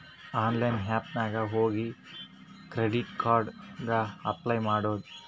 online app ನಾಗ್ ಹೋಗಿ credit card ಗ ಅಪ್ಲೈ ಮಾಡ್ಬೋದು